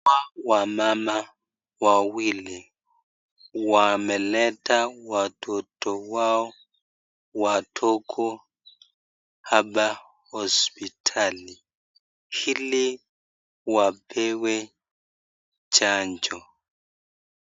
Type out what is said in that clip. Wamama wawili wameleta watoto wao wadogo hapa hospitali ili wapewe chanjo.